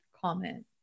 comment